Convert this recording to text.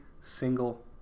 single